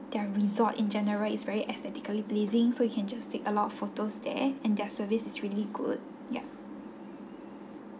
their resort in general is very aesthetically pleasing so you can just take a lot of photos there and their service is really good ya